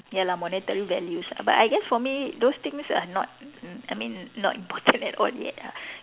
ya lah monetary values ah but I guess for me those things are not m~ I mean not important at all yet ah